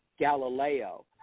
Galileo